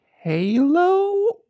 Halo